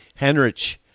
Henrich